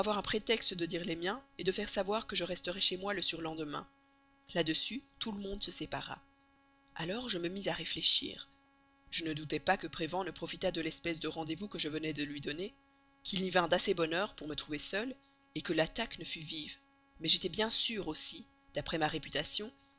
un prétexte de dire les miens de faire savoir que je resterais chez moi le surlendemain là-dessus tout le monde se sépara alors je me mis à réfléchir je ne doutais pas que prévan ne profitât de l'espèce de rendez-vous que je venais de lui donner qu'il n'y vînt d'assez bonne heure pour me trouver seule que l'attaque ne fût vive mais j'étais bien sûre aussi d'après ma réputation